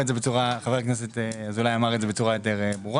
אולי חבר הכנסת אזולאי אמר את זה בצורה יותר ברורה.